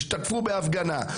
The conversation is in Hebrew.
שהשתתפה הפגנה,